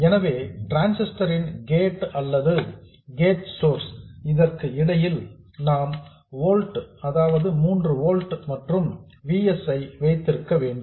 எனவே டிரான்ஸிஸ்டர் ன் கேட் அல்லது கேட் சோர்ஸ் இதற்கு இடையில் நாம் 3 ஓல்ட்ஸ் மற்றும் V s ஐ வைத்திருக்க வேண்டும்